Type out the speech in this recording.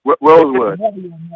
Rosewood